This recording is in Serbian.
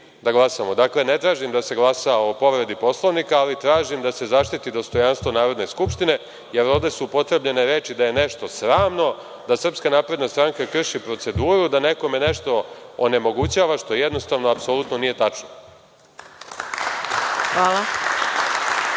da glasamo. Dakle, ne tražim da se glasa o povredi Poslovnika, ali tražim da se zaštiti dostojanstvo Narodne skupštine, jer ovde su upotrebljene reči da je nešto sramno, da SNS krši proceduru, da nekome nešto onemogućava, što jednostavno, apsolutno nije tačno. **Maja